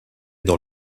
dans